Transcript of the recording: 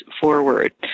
forward